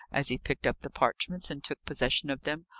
as he picked up the parchments, and took possession of them.